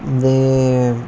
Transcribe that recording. दे